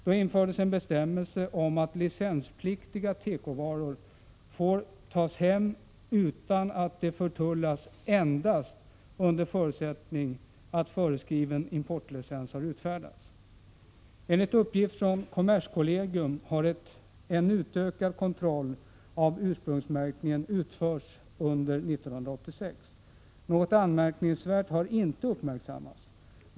Då infördes en bestämmelse om att licenspliktiga tekovaror får tas hem utan att de förtullats endast under förutsättning att föreskriven importlicens har utfärdats. Enligt uppgift från kommerskollegium har en utökad kontroll av ursprungsmärkningen utförts under 1986. Något anmärkningsvärt har inte uppmärksammats.